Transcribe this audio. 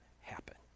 happen